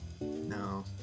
No